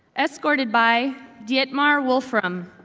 escorted by dietmar wolfram.